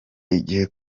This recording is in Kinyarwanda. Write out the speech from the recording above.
igihe